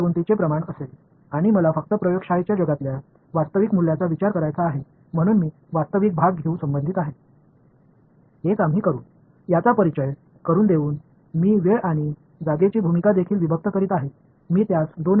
வெளிப்படையாக ஒரு சிக்கலான அளவாக இருக்கப் போகிறது மேலும் ஆய்வக உலகில் உண்மையான மதிப்புமிக்க அளவுகளை மட்டுமே நான் கையாள விரும்புகிறேன் என்பதால் உண்மையான பகுதியை எடுத்துக்கொள்வதன் மூலம் நான் தொடர்புபடுத்தினேன் அதைத்தான் நாம் செய்வோம்